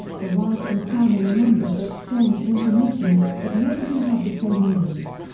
the wives and family members exchanged information, but nobody had the same news.